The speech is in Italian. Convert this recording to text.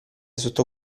sotto